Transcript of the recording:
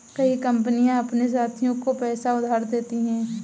कई कंपनियां अपने साथियों को पैसा उधार देती हैं